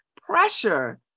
pressure